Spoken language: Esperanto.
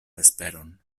vesperon